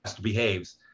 behaves